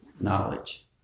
knowledge